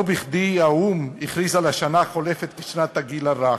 לא בכדי הכריז האו"ם על השנה החולפת כשנת הגיל הרך.